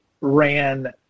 ran